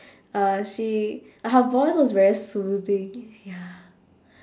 uh she like her voice was very soothing ya